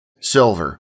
silver